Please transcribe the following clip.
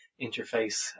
interface